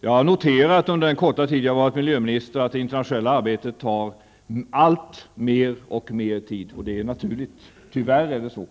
Jag har under den korta tid jag har varit miljöminister noterat att det internationella arbetet tar alltmer tid, och det är -- tyvärr -- naturligt.